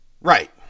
Right